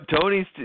Tony's